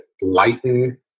lighten